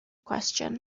question